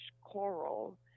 coral